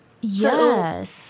Yes